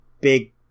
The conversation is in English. big